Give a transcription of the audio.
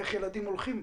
איך ילדים הולכים?